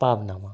ਭਾਵਨਾਵਾਂ